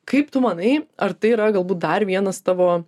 kaip tu manai ar tai yra galbūt dar vienas tavo